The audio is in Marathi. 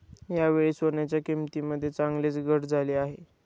यावेळी सोन्याच्या किंमतीमध्ये चांगलीच घट झाली आहे